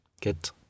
get